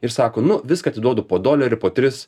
ir sako nu viską atiduodu po dolerį po tris